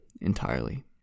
entirely